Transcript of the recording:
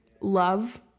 love